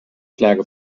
schlage